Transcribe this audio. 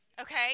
Okay